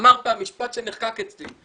הוא אמר פעם משפט שנחקק אצלי,